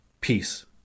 Peace